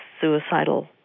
suicidal